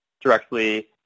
directly